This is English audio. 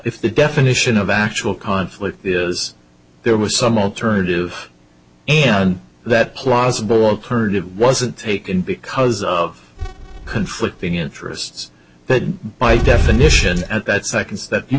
if the definition of actual conflict is there was some alternative and that plausible alternative wasn't taken because of conflicting interests but by definition at that second that you